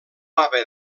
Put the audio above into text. haver